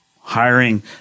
hiring